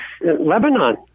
lebanon